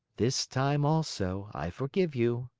this time also i forgive you,